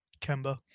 Kemba